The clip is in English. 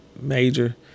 major